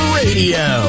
radio